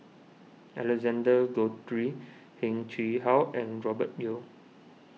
Alexander Guthrie Heng Chee How and Robert Yeo